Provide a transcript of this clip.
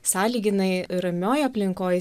sąlyginai ramioj aplinkoj